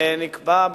זה נקבע,